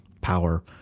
power